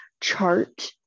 chart